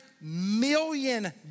million